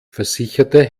versicherte